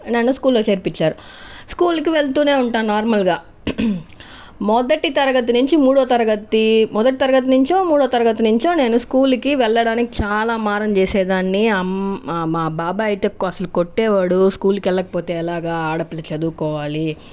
నన్ను స్కూల్ లో చేర్పించారు స్కూల్కి వెళుతు ఉంటాను నార్మల్గా మొదటి తరగతి నుంచి మూడో తరగతి మొదటి తరగతి నుంచో మూడో తరగతి నుంచో నేను స్కూల్కి వెళ్ళడానికి చాలా మారం చేసేదాన్ని అమ్ మా బాబాయ్ అయితే అసలు కొట్టేవాడు స్కూల్కి వెళ్ళకపోతే ఎలాగా ఆడపిల్ల చదువుకోవాలి